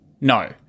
No